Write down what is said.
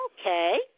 Okay